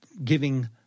giving